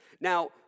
Now